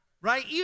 right